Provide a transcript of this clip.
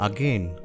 Again